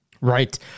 Right